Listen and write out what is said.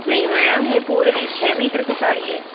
नहीं मैम यह पूरे छः मीटर की साड़ी है